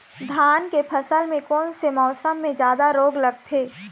धान के फसल मे कोन से मौसम मे जादा रोग लगथे?